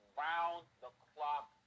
round-the-clock